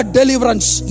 Deliverance